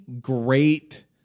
great